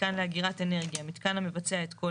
"מיתקן לאגירת אנרגיה" מיתקן המבצע את כל